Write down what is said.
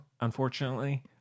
unfortunately